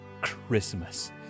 Christmas